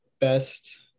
best